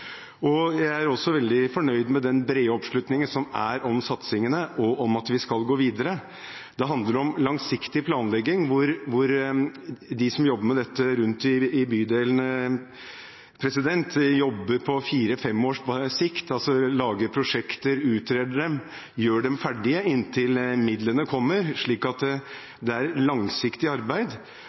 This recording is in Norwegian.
Jeg er også veldig fornøyd med den brede oppslutningen som er om satsingene, og om at vi skal gå videre. Det handler om langsiktig planlegging. De som jobber med dette rundt i bydelene, jobber på fire–fem års sikt – lager prosjekter, utreder dem og gjør dem ferdige inntil midlene kommer – så det er et langsiktig arbeid.